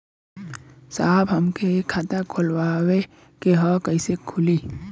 साहब हमके एक खाता खोलवावे के ह कईसे खुली?